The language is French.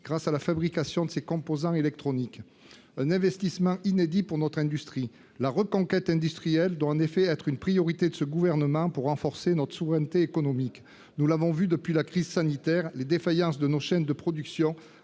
pour la fabrication de composants électroniques. Bref, c'est un investissement inédit pour notre industrie. La reconquête industrielle doit en effet être une priorité de ce gouvernement pour renforcer notre souveraineté économique. Nous l'avons vu avec la crise sanitaire, les défaillances de nos chaînes de production